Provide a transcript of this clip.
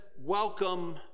welcome